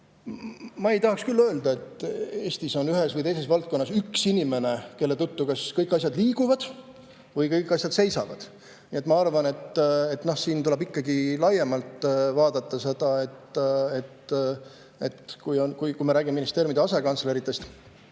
ma ei tahaks küll öelda, et Eestis on ühes või teises valdkonnas üks inimene, kelle tõttu kas kõik asjad liiguvad või kõik asjad seisavad. Ma arvan, et siin tuleb ikkagi laiemalt vaadata. Me räägime ministeeriumide asekantsleritest,